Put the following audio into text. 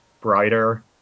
brighter